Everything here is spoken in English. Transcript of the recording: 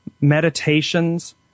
meditations